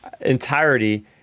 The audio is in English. entirety